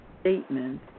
statement